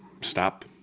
stop